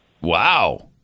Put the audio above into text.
wow